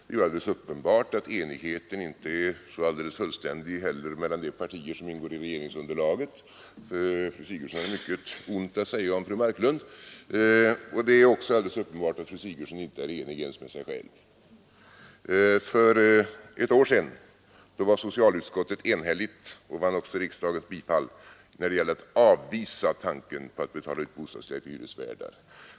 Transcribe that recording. Det är ju uppenbart att enigheten inte är så fullständig heller mellan de partier som ingår i regeringsunderlaget — fru Sigurdsen hade mycket ont att säga om fru Marklund. Det är också alldeles uppenbart att fru Sigurdsen inte är enig ens med sig själv. För ett år sedan var socialutskottets betänkande enhälligt — och det vann riksdagens bifall — när det gällde att avvisa tanken på att betala ut bostadstillägg till hyresvärdarna.